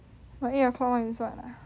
but eight o'clock [one] is what ah